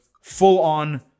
full-on